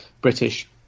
British